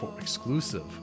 exclusive